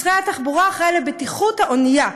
משרד התחבורה אחראי לבטיחות האונייה,